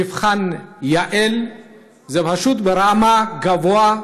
מבחן יע"ל הוא פשוט ברמה גבוהה,